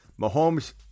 Mahomes